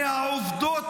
חברים שלך רצחו אותי,